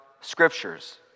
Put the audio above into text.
scriptures